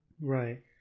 Right